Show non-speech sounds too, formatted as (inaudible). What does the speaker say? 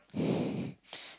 (breath)